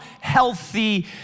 healthy